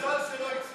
היה לו מזל שלא הצליח,